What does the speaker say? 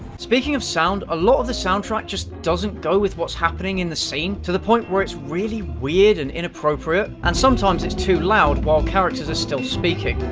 speaking of sound, a lot of the soundtrack just doesn't go with what's happening in the scene, to the point where it's really weird and inappropriate. and sometimes it's too loud while characters are still speaking.